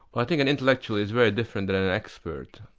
i think an intellectual is very different than an expert,